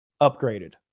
upgraded